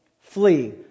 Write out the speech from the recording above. Flee